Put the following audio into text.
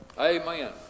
Amen